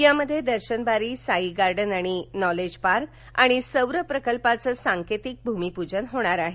यामध्ये दर्शनबारी साईगार्डन आणि नॉलेज पार्क आणि सौर प्रकल्पाचं सांकेतिक भूमीपूजन होणार आहे